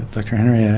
doctor henry, yeah